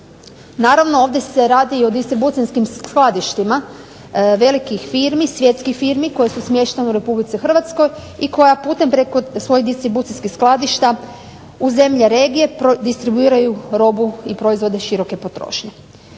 Naravno ovdje se radi o distribucijskim sadržajima velikih firmi, svjetskih firmi koje su smještene u Republici Hrvatskoj i koja putem svoje distribucijskih skladišta u zemlje regije distribuiraju robu široke potrošnje.